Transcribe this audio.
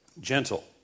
gentle